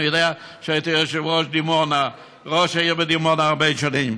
אני יודע שהיית ראש העיר בדימונה הרבה שנים,